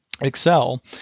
Excel